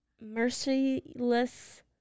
merciless